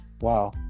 Wow